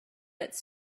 its